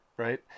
right